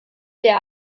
der